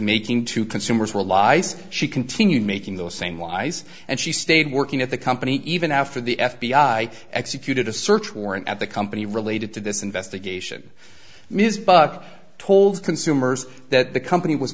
making to consumers were lies she continued making those same lies and she stayed working at the company even after the f b i executed a search warrant at the company related to this investigation ms buck told consumers that the company was